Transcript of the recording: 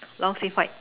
long sleeve white